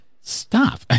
Stop